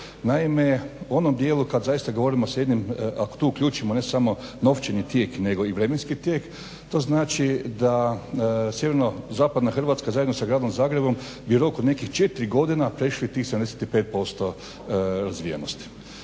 Naime, u onom dijelu kad zaista govorimo s jednim, ako to uključimo ne samo novčani tijek nego i vremenski tijek, to znači da SZ Hrvatska zajedno sa Gradom zagrebom bi rok od nekih 4 godina prešli tih 75% razvijenosti